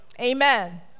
Amen